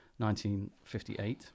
1958